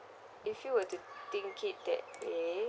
if you were to think it that way